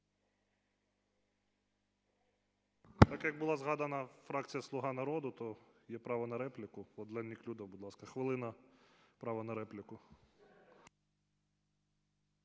Так як була згадана фракція "Слуга народу", то є право на репліку. Владлен Неклюдов, будь ласка, хвилина. Право на репліку.